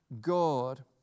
God